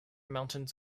mountains